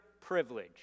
privilege